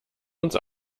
uns